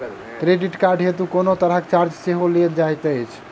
Credit card हेतु कोनो तरहक चार्ज सेहो लेल जाइत अछि की?